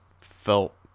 felt